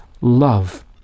love